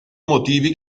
motivi